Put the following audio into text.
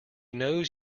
knows